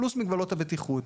פלוס מגבלות הבטיחות,